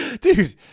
Dude